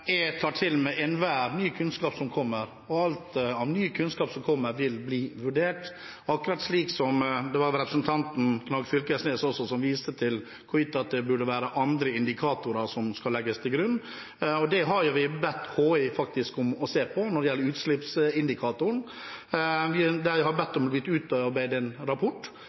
Jeg tar til meg enhver ny kunnskap som kommer, og alt av ny kunnskap som kommer, vil bli vurdert – slik representanten Knag Fylkesnes også viste til, hvorvidt det burde være andre indikatorer som skal legges til grunn. Og vi har bedt HI om å se på utslippsindikatorer, og vi har bedt dem utarbeide en rapport.